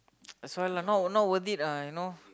that's why lah not not worth it lah know